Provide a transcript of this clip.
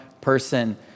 person